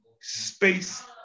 space